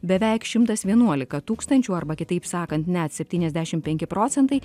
beveik šimtas vienuolika tūkstančių arba kitaip sakant net septyniasdešim penki procentai